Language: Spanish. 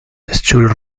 school